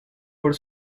por